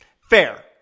Fair